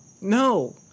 No